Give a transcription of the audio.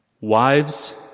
Wives